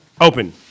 open